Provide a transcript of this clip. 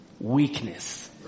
weakness